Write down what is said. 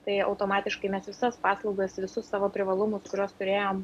tai automatiškai mes visas paslaugas visus savo privalumus kuriuos turėjom